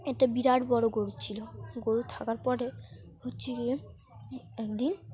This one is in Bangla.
একটা বিরাট বড় গরু ছিল গরু থাকার পরে হচ্ছে গিয়ে এক একদিন